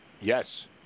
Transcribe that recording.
Yes